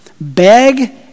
beg